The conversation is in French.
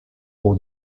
aux